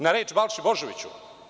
Na reč Balše Božovića?